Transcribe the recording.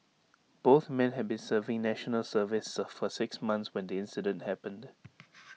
both men had been serving national services for six months when the incident happened